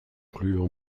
conclure